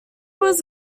was